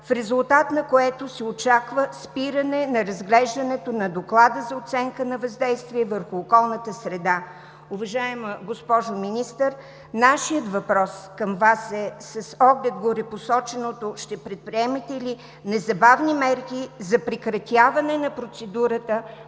в резултат на което се очаква спиране на разглеждането на доклада за оценка за въздействие върху околната среда. Уважаема госпожо Министър, нашият въпрос към Вас е: с оглед на горепосоченото ще предприемете ли незабавни мерки за прекратяване на процедурата